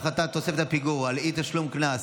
הפחתת תוספת הפיגור על אי-תשלום קנס),